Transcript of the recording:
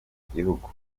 gihugu